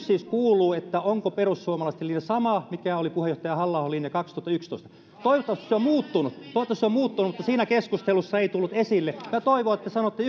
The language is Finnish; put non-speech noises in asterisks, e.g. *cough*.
*unintelligible* siis kuuluu onko perussuomalaisten linja sama kuin mikä oli puheenjohtaja halla ahon linja kaksituhattayksitoista toivottavasti se on muuttunut mutta siinä keskustelussa se ei tullut esille toivon että sanotte *unintelligible*